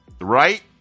Right